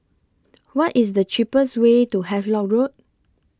What IS The cheapest Way to Havelock Road